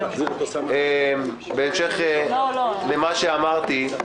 בהמשך למה שאמרתי,